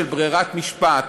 של ברירת משפט.